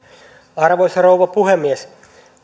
arvoisa rouva puhemies